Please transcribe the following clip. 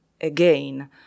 again